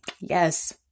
yes